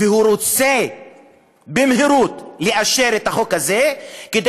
והוא רוצה לאשר את החוק הזה במהירות כדי